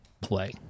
play